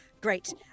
Great